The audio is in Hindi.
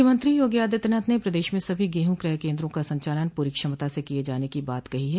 मुख्यमंत्री योगी आदित्यनाथ ने प्रदेश में सभी गेहूँ क्रय केन्द्रों का संचालन पूरी क्षमता से किये जाने की बात कही है